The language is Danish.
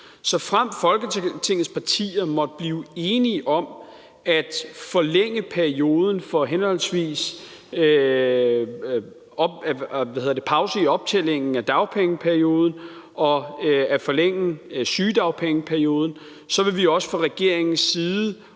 Såfremt Folketingets partier måtte blive enige om at forlænge perioden for henholdsvis pause i optællingen af dagpengeperiode og forlænge sygedagpengeperioden, vil vi også fra regeringens side